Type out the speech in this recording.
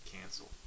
cancel